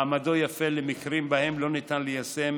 מעמדו יפה למקרים שבהם לא ניתן ליישם